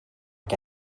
què